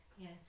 Yes